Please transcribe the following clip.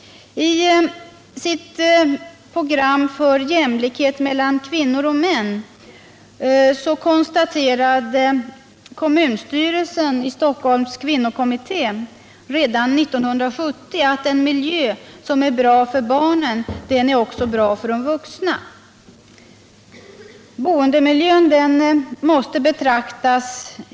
I sitt program för jämlikhet mellan kvinnor och män konstaterade Stockholms kvinnokommitté redan 1970 att en miljö som är bra för barnen är bra också för de vuxna.